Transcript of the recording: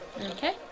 Okay